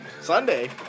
Sunday